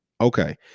Okay